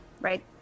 Right